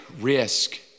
risk